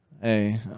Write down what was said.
Hey